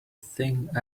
think